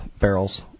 barrels